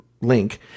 link